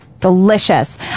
Delicious